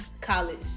college